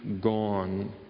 gone